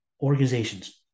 organizations